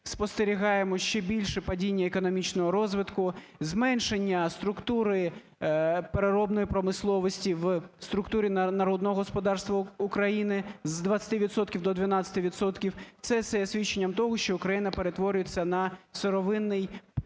спостерігаємо ще більше падіння економічного розвитку, зменшення структури переробної промисловості в структурі народного господарства України з 20 відсотків до 12 відсотків. Це все є свідченням того, що Україна перетворюється на сировинний придаток